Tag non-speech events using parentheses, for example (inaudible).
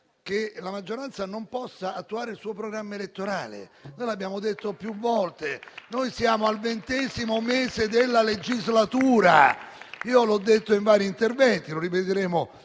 che la maggioranza non possa attuare il suo programma elettorale. (applause) Come abbiamo detto più volte, noi siamo al ventesimo mese della legislatura - io l'ho detto in vari interventi e lo ripeteremo